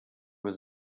his